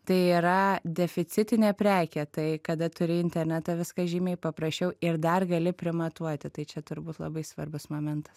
tai yra deficitinė prekė tai kada turi internetą viskas žymiai paprasčiau ir dar gali primatuoti tai čia turbūt labai svarbus momentas